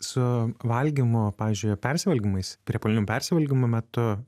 su valgymu pavyzdžiui persivalgymais priepuolinių persivalgymų metu